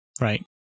Right